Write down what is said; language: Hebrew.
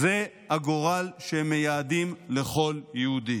זה הגורל שהם מייעדים לכל יהודי.